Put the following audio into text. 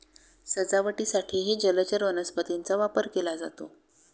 सजावटीसाठीही जलचर वनस्पतींचा वापर केला जातो